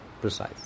Precise